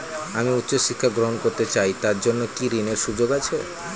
আমি উচ্চ শিক্ষা গ্রহণ করতে চাই তার জন্য কি ঋনের সুযোগ আছে?